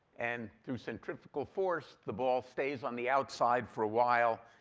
and through centrifugal force, the ball stays on the outside for a while.